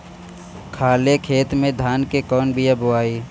खाले खेत में धान के कौन बीया बोआई?